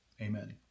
Amen